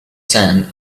sand